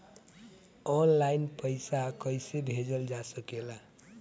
आन line पईसा कईसे भेजल जा सेकला?